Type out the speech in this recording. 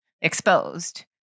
exposed